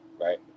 right